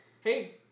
Hey